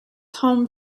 home